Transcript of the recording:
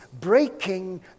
breaking